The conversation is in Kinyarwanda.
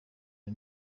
iba